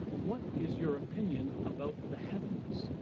what is your opinion about the heavens